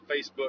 Facebook